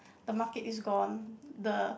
the market is gone the